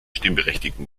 stimmberechtigten